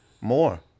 more